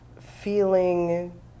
feeling